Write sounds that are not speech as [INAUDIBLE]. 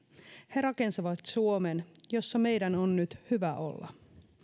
he rakensivat suomen jossa meidän on nyt [UNINTELLIGIBLE] hyvä olla